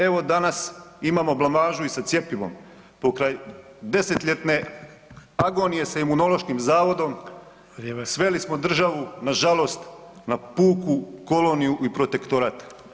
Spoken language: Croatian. Evo danas imamo blamažu i sa cjepivom pokraj desetljetne agonije sa Imunološkim zavodom [[Upadica Sanader: Vrijeme.]] sveli smo državu na žalost na puku koloniju i protektorat.